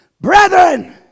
Brethren